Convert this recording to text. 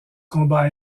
combats